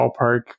ballpark